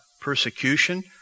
persecution